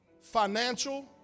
financial